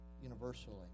universally